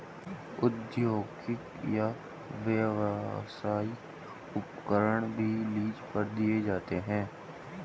औद्योगिक या व्यावसायिक उपकरण भी लीज पर दिए जाते है